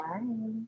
Bye